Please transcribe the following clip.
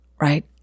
right